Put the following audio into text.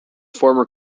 former